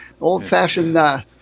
old-fashioned